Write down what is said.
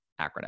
acronym